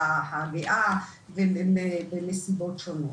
ובנסיבות שונות.